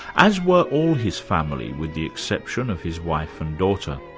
as were all his family, with the exception of his wife and daughter.